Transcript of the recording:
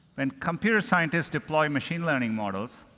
when computer scientists deploy machine learning models,